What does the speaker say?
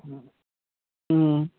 ꯎꯝ